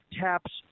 TAPS